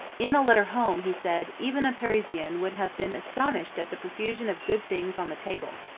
in a letter home he said even a parisian would have been astonished at the profusion of good things on the table.